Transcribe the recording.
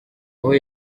aho